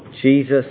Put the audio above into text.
Jesus